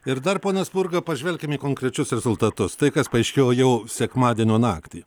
ir dar pone spurga pažvelkim į konkrečius rezultatus tai kas paaiškėjo jau sekmadienio naktį